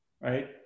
right